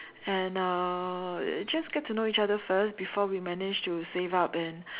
and uh just get to know each other first before we manage to save up and